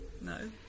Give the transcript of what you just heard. No